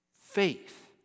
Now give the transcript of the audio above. Faith